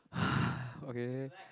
ugh okay